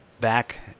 Back